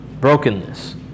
brokenness